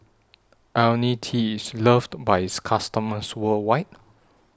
Ionil T IS loved By its customers worldwide